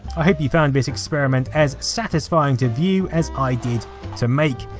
i hope you found this experiment as satisfying to view as i did to make